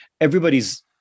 everybody's